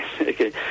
okay